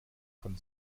von